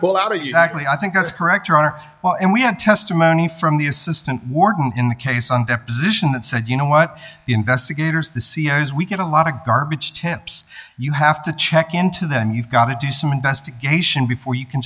pull out you actually i think that's correct or are and we had testimony from the assistant warden in the case on deposition that said you know what the investigators the ceo's we get a lot of garbage hips you have to check into them you've got to do some investigation before you can